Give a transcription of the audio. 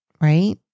right